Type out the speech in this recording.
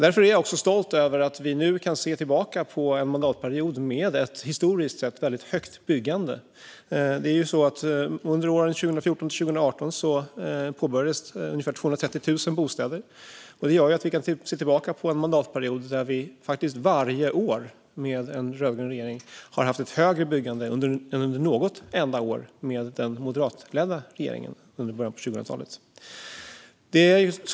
Därför är jag stolt över att vi nu kan se tillbaka på en mandatperiod med ett historiskt sett väldigt högt byggande. Under åren 2014-2018 påbörjades ungefär 230 000 bostäder. Det gör att vi kan se tillbaka på en mandatperiod där vi varje år med en rödgrön regering har haft ett högre byggande än under något enda år med den moderatledda regeringen under början av 2000-talet.